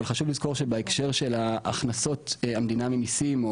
אבל חשוב לזכור שבהקשר של הכנסות המדינה ממסים,